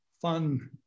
fun